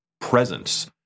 presence